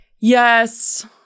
yes